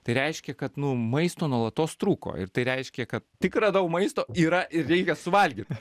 tai reiškia kad nu maisto nuolatos trūko ir tai reiškia kad tik radau maisto yra ir reikia suvalgyt